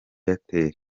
airtel